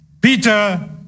Peter